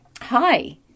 Hi